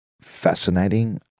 fascinating